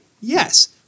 Yes